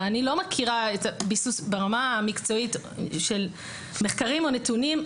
ואני לא מכירה ביסוס ברמה המקצועית ולא ראיתי מחקרים או נתונים.